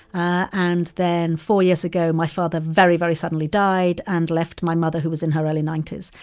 ah and then four years ago, my father very, very suddenly died and left my mother, who was in her early ninety s.